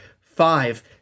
five